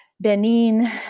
Benin